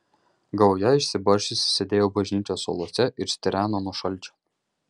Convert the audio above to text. gauja išsibarsčiusi sėdėjo bažnyčios suoluose ir stireno nuo šalčio